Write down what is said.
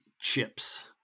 Chips